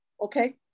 Okay